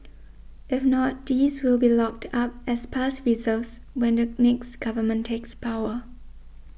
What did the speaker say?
if not these will be locked up as past reserves when the next government takes power